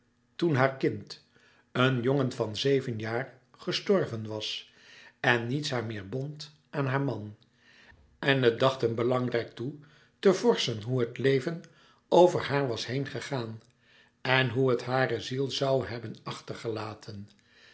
toen haar kind een jongen van zeven jaar gestorven was en niets haar meer bond aan haar man en het dacht hem belangrijk toe te vorschen hoe het leven over haar was heengegaan en hoe het hare ziel zoû hebben achtergelaten